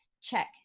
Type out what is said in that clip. check